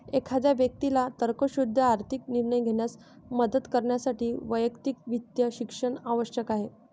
एखाद्या व्यक्तीला तर्कशुद्ध आर्थिक निर्णय घेण्यास मदत करण्यासाठी वैयक्तिक वित्त शिक्षण आवश्यक आहे